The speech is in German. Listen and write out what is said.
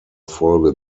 folge